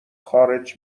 خارج